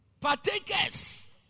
Partakers